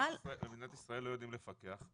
במדינת ישראל לא יודעים לפקח,